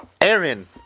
Aaron